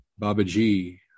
Babaji